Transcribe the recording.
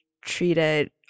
treated